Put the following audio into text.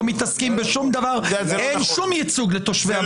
לא מתעסקים בשום דבר אין שום ייצוג לתושבי המקום.